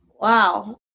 Wow